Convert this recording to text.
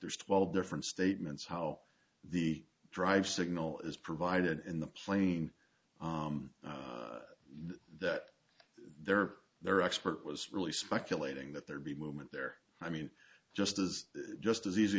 there's twelve different statements how the drive signal is provided in the plane that their their expert was really speculating that there'd be movement there i mean just as just as easy